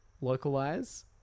localize